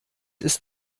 ist